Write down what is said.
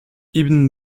ibn